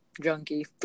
junkie